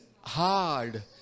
hard